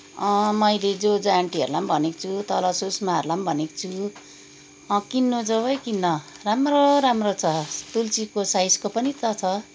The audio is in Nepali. मैले जोजा आन्टीहरूलाई पनि भनेको छु तल सुषमाहरूलाई पनि भनेको छु किन्नु जाऊ है किन्न राम्रो राम्रो छ तुलसीको साइजको पनि त छ